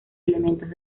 elementos